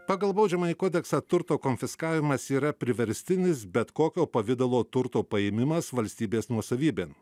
pagal baudžiamąjį kodeksą turto konfiskavimas yra priverstinis bet kokio pavidalo turto paėmimas valstybės nuosavybėn